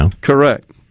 Correct